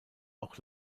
auch